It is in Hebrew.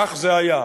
כך זה היה.